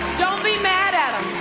don't be mad at em.